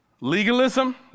Legalism